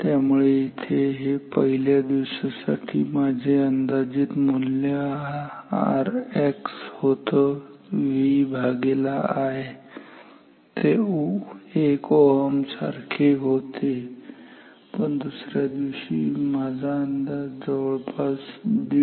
त्यामुळे इथे हे पहिल्या दिवसासाठी माझे अंदाजित मूल्य Rx होत V भागेला I ते 1 Ω सारखे होते पण दुसऱ्या दिवशी माझा अंदाज जवळपास 1